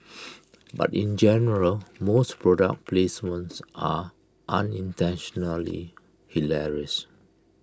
but in general most product placements are unintentionally hilarious